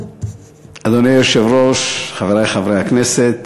אדוני היושב-ראש, חברי חברי הכנסת,